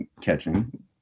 catching